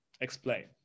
Explain